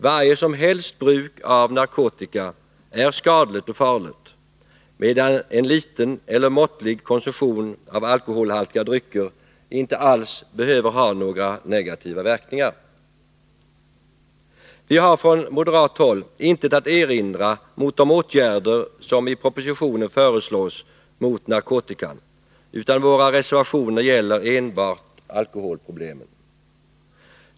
Varje som helst bruk av narkotika är skadligt och farligt, medan en liten eller måttlig konsumtion av alkoholhaltiga drycker inte alls behöver ha några negativa verkningar. Vi har från moderat håll inget att erinra mot de åtgärder som i propositionen föreslås mot narkotikan, utan våra reservationer gäller enbart alkoholproblemen.